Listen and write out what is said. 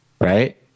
right